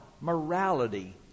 morality